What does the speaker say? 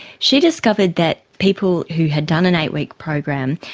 she discovered that people who had done an eight-week program,